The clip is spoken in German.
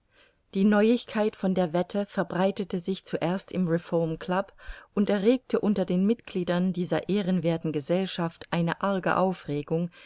die neuigkeit von der wette verbreitete sich zuerst im reformclub und erregte unter den mitgliedern dieser ehrenwerthen gesellschaft eine arge aufregung